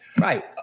Right